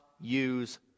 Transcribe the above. use